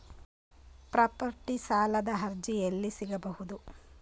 Property ಸಾಲದ ಅರ್ಜಿ ಎಲ್ಲಿ ಸಿಗಬಹುದು?